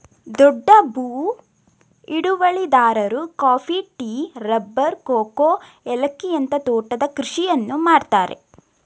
ದೊಡ್ಡ ಭೂ ಹಿಡುವಳಿದಾರರು ಕಾಫಿ, ಟೀ, ರಬ್ಬರ್, ಕೋಕೋ, ಏಲಕ್ಕಿಯಂತ ತೋಟದ ಕೃಷಿಯನ್ನು ಮಾಡ್ತರೆ